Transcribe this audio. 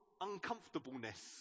uncomfortableness